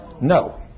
No